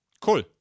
Cool